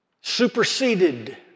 superseded